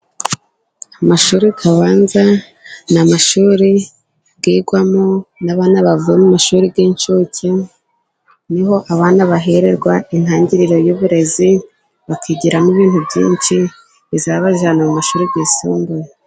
Amashuri abanza ni amashuri yigwamo n'abavuye mu mashuri y'incuke, ni ho abana bahererwa intangiriro y'uburezi, bakigiramo ibintu byinshi bizabajyana mu mashuri y'isumbuye.